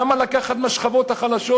למה לקחת מהשכבות החלשות,